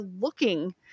looking